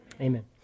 Amen